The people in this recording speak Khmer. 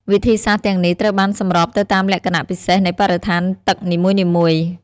វិធីសាស្ត្រទាំងនេះត្រូវបានសម្របទៅតាមលក្ខណៈពិសេសនៃបរិស្ថានទឹកនីមួយៗ។